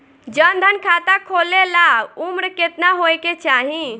जन धन खाता खोले ला उमर केतना होए के चाही?